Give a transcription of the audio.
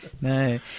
No